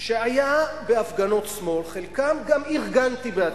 שהיה בהפגנות שמאל, חלקן גם ארגנתי בעצמי,